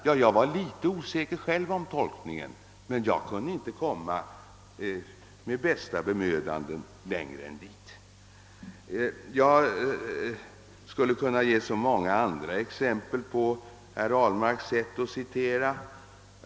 Jag var själv litet osäker om tolkningen men kunde inte med bästa bemödande komma längre än dit. Jag skulle kunna ge många andra exempel på herr Ahlmarks sätt att citera.